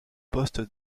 poste